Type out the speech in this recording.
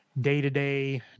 day-to-day